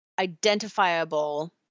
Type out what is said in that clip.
identifiable